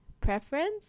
preference